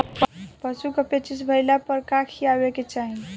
पशु क पेचिश भईला पर का खियावे के चाहीं?